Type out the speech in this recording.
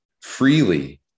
freely